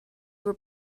were